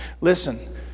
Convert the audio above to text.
listen